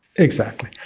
exactly,